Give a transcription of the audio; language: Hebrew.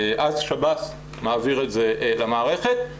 אז שב"ס מעביר את זה למערכת.